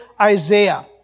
Isaiah